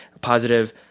Positive